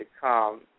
come